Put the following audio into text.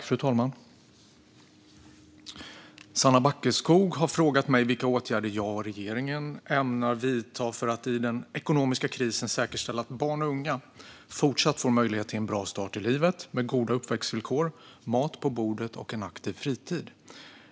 Fru talman! Sanna Backeskog har frågat mig vilka åtgärder jag och regeringen ämnar vidta för att i den ekonomiska krisen säkerställa att barn och unga fortsatt får möjlighet till en bra start i livet med goda uppväxtvillkor, mat på bordet och en aktiv fritid.